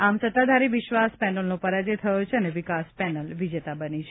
આમ સત્તાધારી વિશ્વાસ પેનલનો પરાજય થયો છે અને વિકાસ પેનલ વિજેતા બની છે